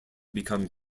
become